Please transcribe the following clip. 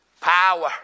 Power